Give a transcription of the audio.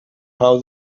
how